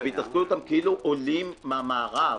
התעסקו איתם כאילו הם עולים מן המערב,